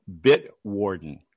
Bitwarden